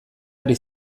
ari